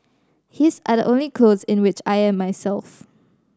his are the only clothe in which I am myself